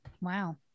wow